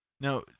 Now